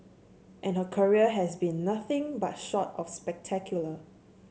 and her career has been nothing but short of spectacular